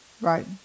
Right